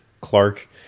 Clark